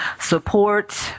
support